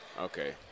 Okay